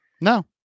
No